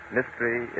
Mystery